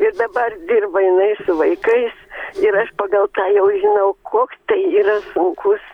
ir dabar dirba jinai vaikai ir aš pagal tą jau žinau koks tai yra sunkus